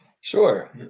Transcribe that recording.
Sure